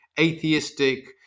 atheistic